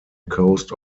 coast